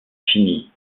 finis